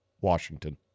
Washington